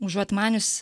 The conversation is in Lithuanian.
užuot manius